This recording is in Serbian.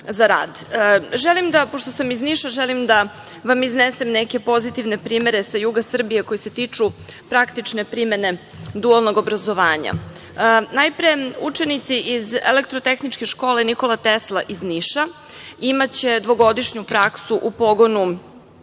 za rad. Želim da, pošto sam iz Niša, da vam iznesem neke pozitivne primere sa juga Srbije, koji se tiču praktične primene dualnog obrazovanja. Najpre, učenici iz elektrotehničke škole „Nikola Tesla“ iz Niša imaće dvogodišnju praksu u pogonu